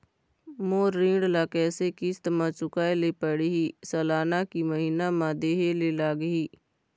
मोर ऋण ला कैसे किस्त म चुकाए ले पढ़िही, सालाना की महीना मा देहे ले लागही?